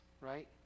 right